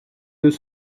deux